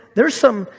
there's some,